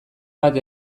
bat